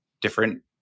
different